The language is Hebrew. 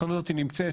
החנות הזו היא נמצאת